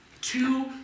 two